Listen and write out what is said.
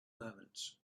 moments